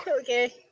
Okay